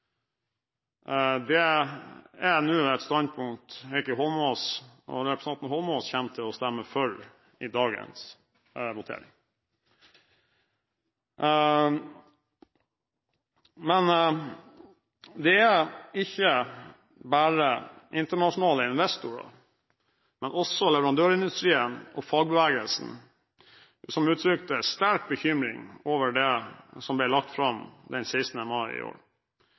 Det er nå et standpunkt representanten Eidsvoll Holmås kommer til å stemme for i dagens votering. Men det var ikke bare internasjonale investorer, men også leverandørindustrien og fagbevegelsen som uttrykte sterk bekymring over det som ble lagt fram den 16. mai i år.